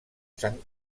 sant